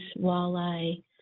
walleye